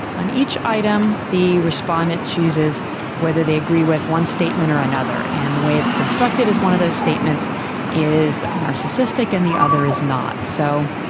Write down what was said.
on each item the respondent chooses whether they agree with one statement or another, and the way it's constructed is one of those statements is narcissistic and the other is not. so,